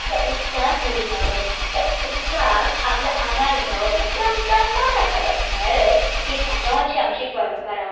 त्या उदकांत उडी मारप त्या उदकाक आपल्या आंगार घेवप आनी आनी त्या उदकान मजा करप म्हळ्यारच ही सांजावाची आमची परंपरा